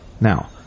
Now